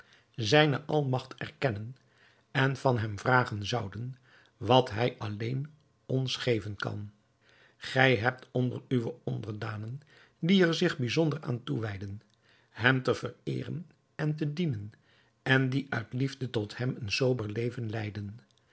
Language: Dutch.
zijne almagt erkennen en van hem vragen zouden wat hij alleen ons geven kan gij hebt onder uwe onderdanen die er zich bijzonder aan toewijden hem te vereeren en te dienen en die uit liefde tot hem een sober leven leiden